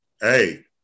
Hey